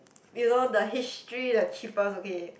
you know the history the cheapest okay